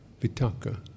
vitaka